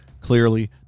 clearly